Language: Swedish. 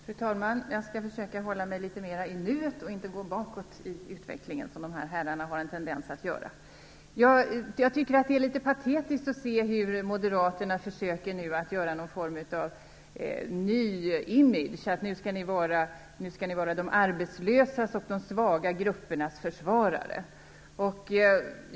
Fru talman! Jag skall försöka hålla mig litet mera i nuet och inte gå bakåt i utvecklingen, vilket de här herrarna har en tendens att göra. Jag tycker att det är litet patetiskt att se hur ni moderater nu försöker åstadkomma en ny image. Nu skall ni vara de arbetslösas och de svaga gruppernas försvarare.